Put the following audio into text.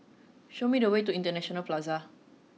show me the way to International Plaza